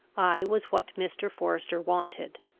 i was what mr. forester wanted,